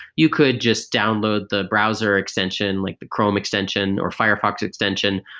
you could just download the browser extension, like the chrome extension or firefox extension,